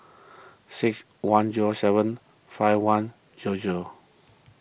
six one zero seven five one zero zero